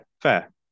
fair